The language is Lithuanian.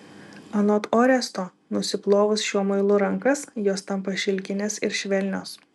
anot oresto nusiplovus šiuo muilu rankas jos tampa šilkinės ir švelnios